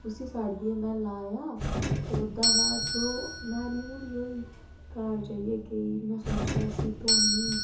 उसी साड़ियै में लाया ते ओह्दा हा बाद च ओह् मैली मुली होई गेई घर जाइयै गेई में सोचेआ इसी धोन्नी